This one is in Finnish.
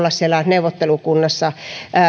siellä neuvottelukunnassa